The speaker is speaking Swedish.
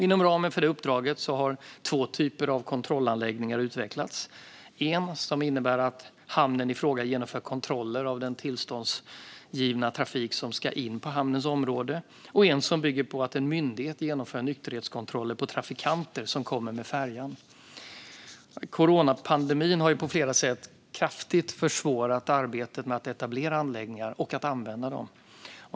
Inom ramen för uppdraget har två typer av kontrollanläggningar utvecklats, en som innebär att hamnen ifråga genomför kontroller av den tillståndsgivna trafik som ska in på hamnens område och en som bygger på att en myndighet genomför nykterhetskontroller på trafikanter som kommer med färjan. Coronapandemin har på flera sätt kraftigt försvårat arbetet med att etablera anläggningar och att använda dessa.